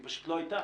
והיא פשוט לא הייתה.